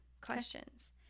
questions